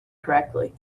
correctly